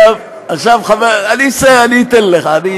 תן לי להגיד לך משהו,